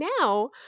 now